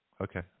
Okay